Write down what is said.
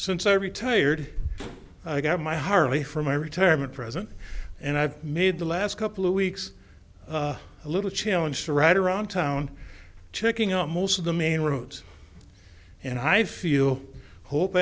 since i retired i got my harley for my retirement present and i've made the last couple of weeks a little challenge to ride around town checking out most of the main roads and i feel hope